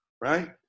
right